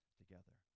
together